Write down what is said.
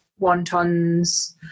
wontons